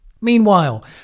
Meanwhile